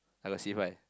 I got C five